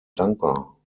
dankbar